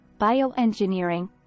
bioengineering